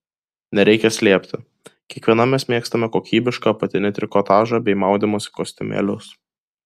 nereikia slėpti kiekviena mes mėgstame kokybišką apatinį trikotažą bei maudymosi kostiumėlius